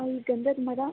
ಈ ಗಂಧದ ಮರ